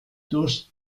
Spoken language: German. durch